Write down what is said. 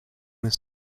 this